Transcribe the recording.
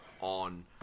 on